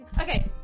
Okay